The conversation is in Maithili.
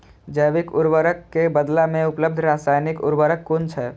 जैविक उर्वरक के बदला में उपलब्ध रासायानिक उर्वरक कुन छै?